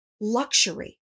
luxury